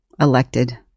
elected